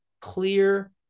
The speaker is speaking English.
clear